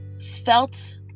felt